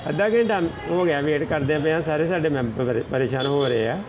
ਅੱਧਾ ਘੰਟਾ ਹੋ ਗਿਆ ਵੇਟ ਕਰਦਿਆਂ ਪਿਆ ਸਾਰੇ ਸਾਡੇ ਮੈਂਬਰ ਪਰੇ ਪਰੇਸ਼ਾਨ ਹੋ ਰਹੇ ਆ